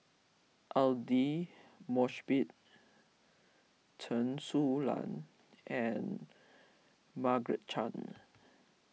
Aidli Mosbit Chen Su Lan and Margaret Chan